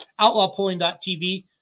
outlawpulling.tv